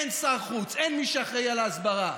אין שר חוץ, אין מי שאחראי להסברה.